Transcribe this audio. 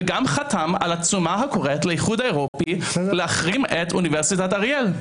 וגם חתם על עצומה הקוראת לאיחוד האירופי להחרים את אוניברסיטת אריאל.